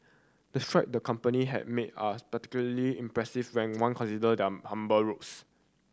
the stride the company had made are particularly impressive when one consider their humble roots